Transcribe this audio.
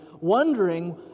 wondering